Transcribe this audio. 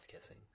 kissing